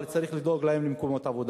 אבל צריך לדאוג להן למקומות עבודה.